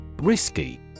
Risky